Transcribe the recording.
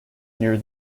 near